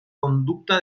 conducta